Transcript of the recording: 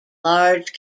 large